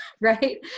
right